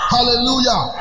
Hallelujah